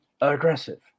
Aggressive